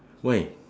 why